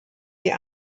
die